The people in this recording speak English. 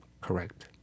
Correct